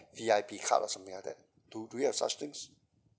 V_I_P card or something like that do do we have such things